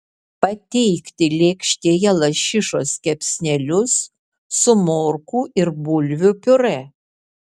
pateikti lėkštėje lašišos kepsnelius su morkų ir bulvių piurė